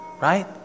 Right